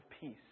peace